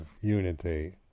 unity